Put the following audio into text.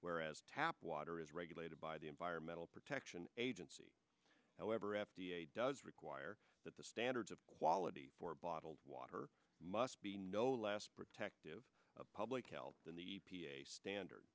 whereas tap water is regulated by the environmental protection agency however f d a does require that the standards of quality for bottled water must be no less protective of public health than the e p a standard